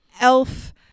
Elf